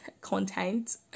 content